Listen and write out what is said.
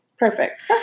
Perfect